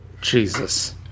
Jesus